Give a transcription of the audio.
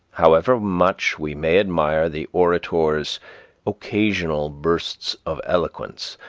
however much we may admire the orator's occasional bursts of eloquence,